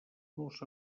nos